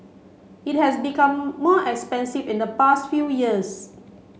it has become more expensive in the past few years